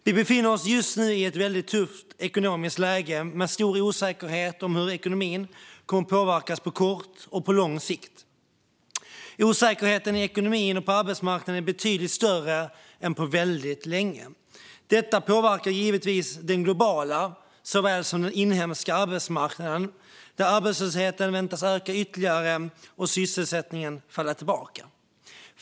Vi befinner oss just nu i ett väldigt tufft ekonomiskt läge, med stor osäkerhet om hur ekonomin kommer att påverkas på kort och lång sikt. Osäkerheten i ekonomin och på arbetsmarknaden är betydligt större än på väldigt länge. Detta påverkar givetvis den globala såväl som den inhemska arbetsmarknaden, där arbetslösheten väntas öka ytterligare och sysselsättningen falla tillbaka.